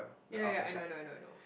ya ya ya I know I know I know